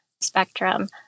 spectrum